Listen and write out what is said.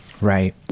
Right